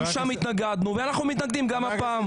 גם שם התנגדנו ואנחנו מתנגדים גם הפעם.